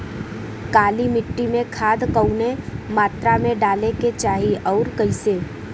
काली मिट्टी में खाद कवने मात्रा में डाले के चाही अउर कइसे?